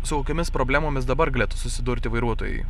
su kokiomis problemomis dabar galėtų susidurti vairuotojai